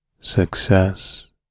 success